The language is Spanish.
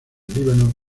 líbano